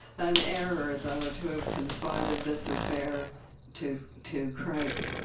an error though to have confided this affair to to crake.